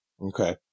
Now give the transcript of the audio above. Okay